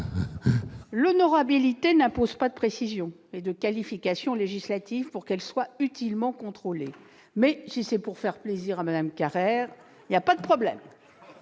L'honorabilité n'impose pas de précision et de qualification législative pour qu'elle soit utilement contrôlée. Mais, si c'est pour faire plaisir à Mme Carrère, le Gouvernement